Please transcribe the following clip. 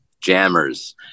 Jammers